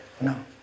No